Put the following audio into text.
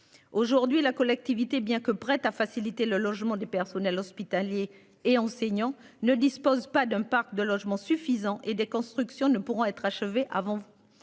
Aujourd'hui la collectivité bien que prête à faciliter le logement du personnel hospitalier et enseignants ne dispose pas d'un parc de logement suffisant et des constructions ne pourront être achevés avant.